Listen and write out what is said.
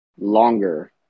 longer